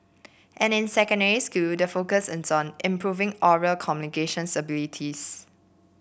and in secondary school the focus is on improving oral communication